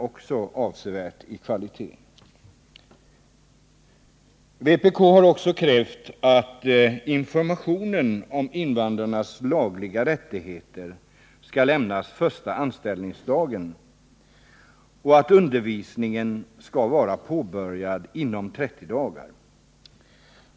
Vpk har även i år krävt att informationen om invandrarnas lagliga rättigheter skall lämnas första anställningsdagen och att undervisningen skall vara påbörjad inom 30 dagar.